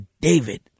David